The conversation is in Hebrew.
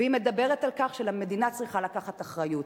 והיא מדברת על כך שהמדינה צריכה לקחת אחריות,